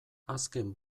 azken